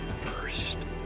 first